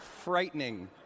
frightening